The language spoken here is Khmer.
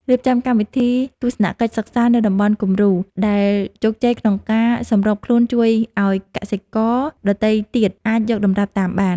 រៀបចំកម្មវិធីទស្សនកិច្ចសិក្សានៅតំបន់គំរូដែលជោគជ័យក្នុងការសម្របខ្លួនជួយឱ្យកសិករដទៃទៀតអាចយកតម្រាប់តាមបាន។